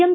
M